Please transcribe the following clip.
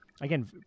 again